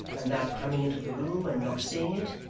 and that, coming into the room and not seeing it,